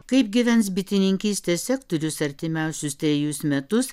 kaip gyvens bitininkystės sektorius artimiausius trejus metus